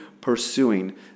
pursuing